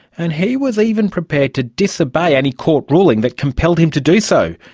and he was even prepared to disobey any court ruling that compelled him to do so,